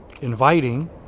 inviting